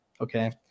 Okay